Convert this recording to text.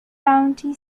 county